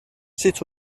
sut